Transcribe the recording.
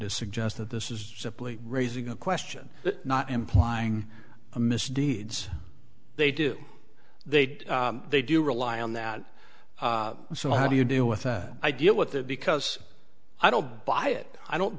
to suggest that this is simply raising a question not implying a misdeeds they do they'd they do rely on that so how do you do with that idea what that because i don't buy it i don't